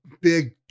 big